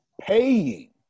paying